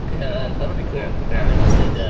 yeah, that'll be cool. i'm interested.